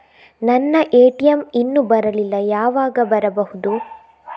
ನನ್ನ ಎ.ಟಿ.ಎಂ ಇನ್ನು ಬರಲಿಲ್ಲ, ಯಾವಾಗ ಬರಬಹುದು?